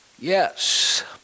Yes